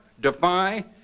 defy